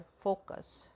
focus